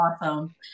awesome